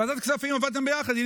בוועדת הכספים עבדתם ביחד.